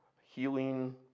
healing